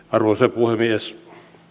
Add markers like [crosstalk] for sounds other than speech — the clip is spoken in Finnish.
[unintelligible] arvoisa puhemies